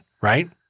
right